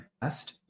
best